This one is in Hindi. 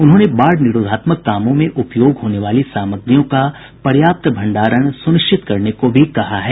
उन्होंने बाढ़ निरोधात्मक कामों में उपयोग होने वाली सामग्रियों का पर्याप्त भण्डारण सुनिश्चित करने को भी कहा है